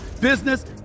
business